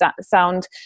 sound